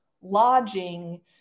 lodging